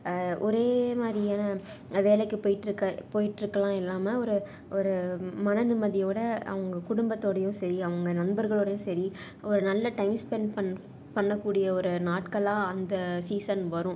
ஒரே மாதிரியான வேலைக்கு போய்ட்ருக்க போய்ட்டுருக்கலாம் இல்லாம ஒரு ஒரு மன நிம்மதியோட அவங்க குடும்பத்தோடையும் சேரி அவங்க நண்பர்களோடையும் சரி ஒரு நல்ல டைம் ஸ்பெண்ட் பண் பண்ணக்கூடிய ஒரு நாட்களாக அந்த சீசன் வரும்